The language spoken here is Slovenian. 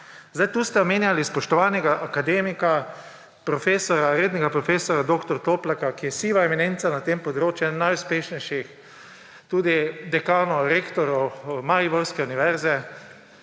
Tu ste omenjali spoštovanega akademika, rednega profesorja dr. Toplaka, ki je siva eminenca na tem področju, eden najuspešnejših, tudi dekanov, rektorjev mariborske univerze,